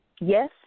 Yes